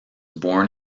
born